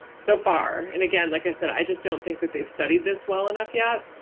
so far, and again like i said, i just don't think that they've studied this well enough yet.